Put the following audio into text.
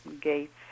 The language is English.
gates